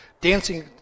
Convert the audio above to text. dancing